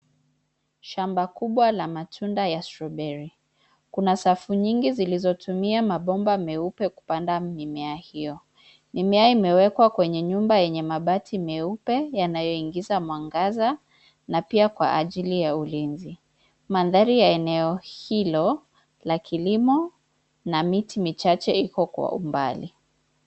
Shamba kubwa la matunda ya strawberry .Kuna safu nyingi zilizotumia mabomba meupe kupanda mimea hiyo. Mimea imewekwa kwenye nyumba yenye mabati meupe yanayoingiza mwangaza na pia kwa ajili ya ulinzi. Mandhari ya eneo hilo la kilimo na miti michache iko kwa umbali.